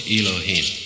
Elohim